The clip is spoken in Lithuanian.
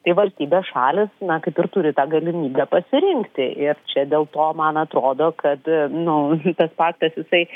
tai valstybės šalys na kaip ir turi tą galimybę pasirinkti ir čia dėl to man atrodo kad nu tas paktas jisai